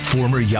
Former